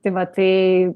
tai va tai